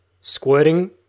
squirting